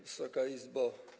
Wysoka Izbo!